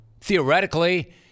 theoretically